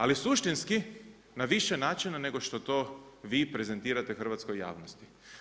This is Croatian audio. Ali suštinski na više načina, nego što to vi prezentirate hrvatskoj javnosti.